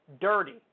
dirty